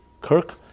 Kirk